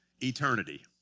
eternity